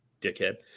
Dickhead